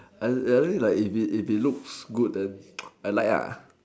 I I really if it looks good then I like